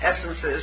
essences